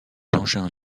engins